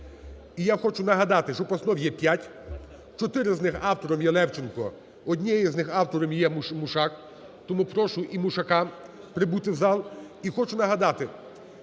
І я хочу нагадати, що постанов є п'ять, чотири з них - автором є Левченко, однієї з них автором є Мушак. Тому прошу і Мушака прибути в зал. І хочу нагадати,